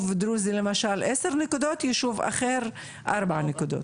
דרוזי למשל 10 נקודות ויישוב אחר 4 נקודות?